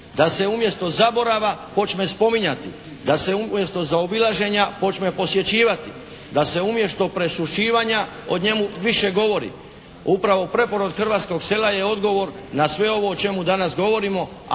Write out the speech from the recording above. da se umjesto zaborava počne spominjati, da se umjesto zaobilaženja počne posjećivati, da se umjesto prešućivanja o njemu više govori. Upravo preporod hrvatskog sela je odgovor na sve ovo o čemu danas govorimo